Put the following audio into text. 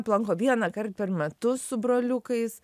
aplanko vienąkart per metus su broliukais